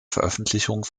veröffentlichung